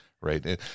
Right